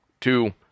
two